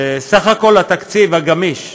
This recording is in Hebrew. סך כל התקציב הגמיש,